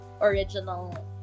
original